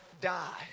die